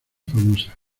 famosas